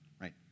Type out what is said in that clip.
right